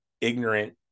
ignorant